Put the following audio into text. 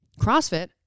CrossFit